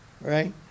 Right